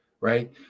Right